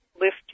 lift